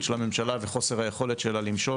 של הממשלה וחוסר היכולת שלה למשול.